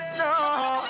no